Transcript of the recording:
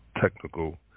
technical